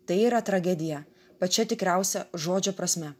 tai yra tragedija pačia tikriausia žodžio prasme